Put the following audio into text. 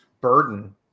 burden